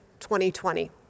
2020